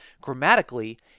Grammatically